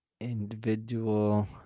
Individual